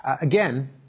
Again